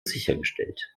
sichergestellt